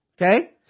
Okay